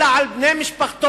אלא על בני משפחתו,